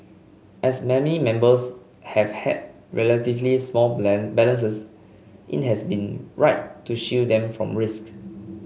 as many members have had relatively small balances it has been right to shield them from risk